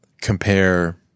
compare